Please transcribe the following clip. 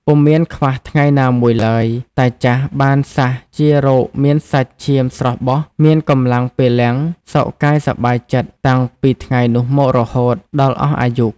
ពុំមានខ្វះថ្ងៃណាមួយឡើយ តាចាស់បានសះជារោគមាន សាច់ឈាមស្រស់បស់ មានកម្លាំងពលំ សុខកាយសប្បាយចិត្ត តាំងពីថ្ងៃនោះមករហូត ដល់អស់អាយុ ។